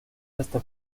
hasta